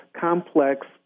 complex